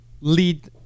lead